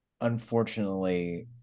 unfortunately